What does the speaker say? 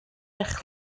eich